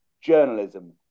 journalism